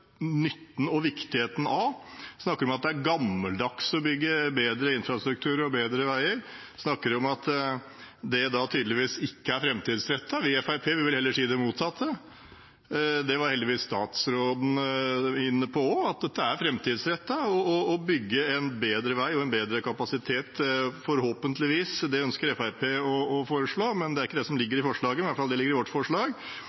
nytten og viktigheten av. De snakker om at det er gammeldags å bygge bedre infrastruktur og bedre veier. De snakker om at det tydeligvis ikke er framtidsrettet. Vi i Fremskrittspartiet vil heller si det motsatte. Det var heldigvis statsråden også inne på, at det er framtidsrettet å bygge en bedre vei med bedre kapasitet, forhåpentligvis. Det ønsker Fremskrittspartiet å foreslå. Det er ikke det som